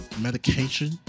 medication